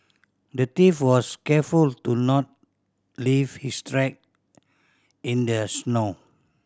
the thief was careful to not leave his track in their snow